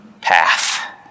path